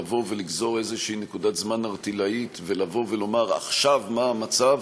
לבוא ולגזור איזושהי נקודת זמן ערטילאית ולבוא ולומר עכשיו מה המצב,